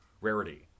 rarity